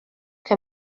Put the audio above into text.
que